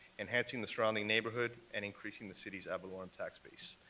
enhancing the surrounding neighborhood, and increasing the city's ad valorem tax base.